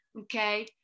Okay